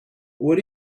what